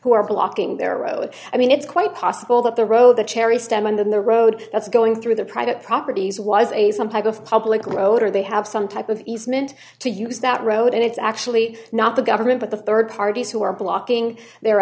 who are blocking their road i mean it's quite possible that the roe the cherry stem and then the road that's going through the private properties was a some type of public road or they have some type of easement to use that road and it's actually not the government but the rd parties who are blocking their